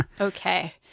Okay